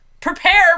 prepare